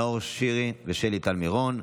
נאור שירי ושלי טל מירון,